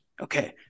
Okay